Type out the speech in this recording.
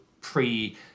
pre